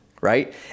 right